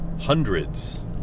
hundreds